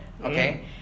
Okay